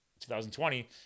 2020